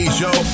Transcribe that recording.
show